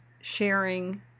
sharing